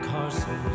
Carson